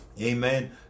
amen